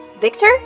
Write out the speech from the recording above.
Victor